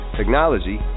technology